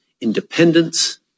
independence